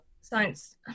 science